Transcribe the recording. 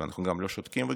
ואנחנו גם לא שותקים.